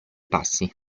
passi